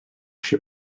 się